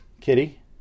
Kitty